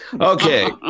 Okay